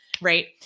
right